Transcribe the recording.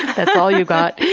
that's all you got?